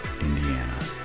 Indiana